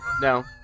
No